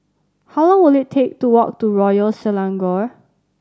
how long will it take to walk to Royal Selangor